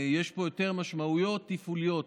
יש פה יותר משמעויות תפעוליות.